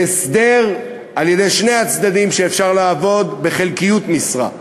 להסדר של שני הצדדים שאפשר לעבוד בחלקיות משרה,